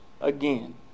again